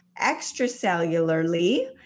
Extracellularly